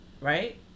right